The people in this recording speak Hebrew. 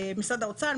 משרד האוצר,